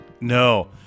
No